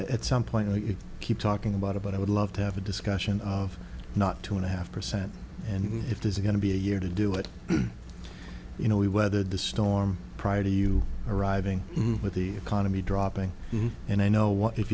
at some point you keep talking about about i would love to have a discussion of not two and a half percent and if there's going to be a year to do it you know we weathered the storm prior to you arriving with the economy dropping you and i know what if